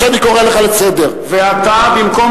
אני קורא אותך לסדר פעם ראשונה.